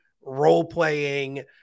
role-playing